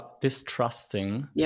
distrusting